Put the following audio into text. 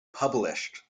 published